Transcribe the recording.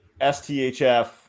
STHF